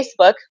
Facebook